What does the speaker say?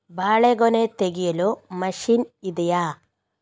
ಬಾಳೆಗೊನೆ ತೆಗೆಯಲು ಮಷೀನ್ ಇದೆಯಾ?